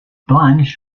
blanche